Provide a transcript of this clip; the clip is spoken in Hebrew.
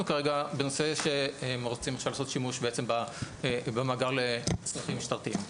כרגע בנושא שהם רוצים לעשות שימוש במאגר לצרכים משטרתיים.